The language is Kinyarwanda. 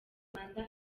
rwanda